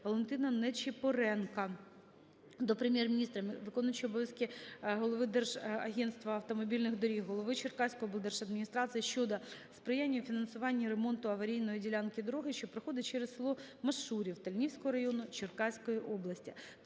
Валентина Ничипоренка до Прем'єр-міністра, виконуючого обов'язків голови Держагентства автомобільних доріг, голови Черкаської облдержадміністрації щодо сприяння у фінансуванні ремонту аварійної ділянки дороги, що проходить через село Мошурів Тальнівського району, Черкаської області.